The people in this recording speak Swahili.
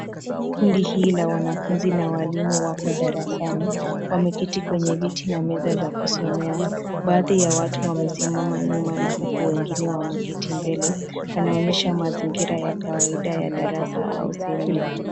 Kundi hili la wanafunzi na walimu wako darasani, wameketi kwenye viti na meza za kusomea. Baadhi ya watu wamesimama nyuma na huku wengine wameketi mbele, wanaonyesha mazingira ya kawaida ya darasa au semina.